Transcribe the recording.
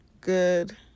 good